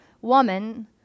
Woman